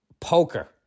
poker